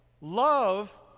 love